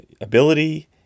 ability